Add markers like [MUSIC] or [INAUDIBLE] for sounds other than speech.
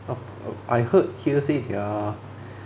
[NOISE] I heard say their